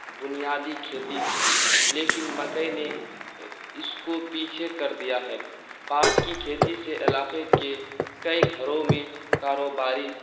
بنیادی کھیتی تھی لیکن مکئی نے اس کو پیچھے کر دیا ہے پاٹ کی کھیتی سے علاقے کے کئی گھروں میں کاروباری